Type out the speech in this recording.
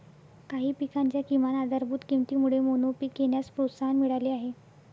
काही पिकांच्या किमान आधारभूत किमतीमुळे मोनोपीक घेण्यास प्रोत्साहन मिळाले आहे